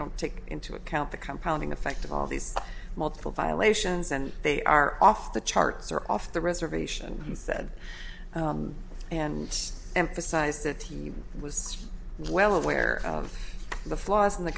don't take into account the compromising effect of all these multiple violations and they are off the charts or off the reservation he said and emphasized that he was well aware of the flaws in the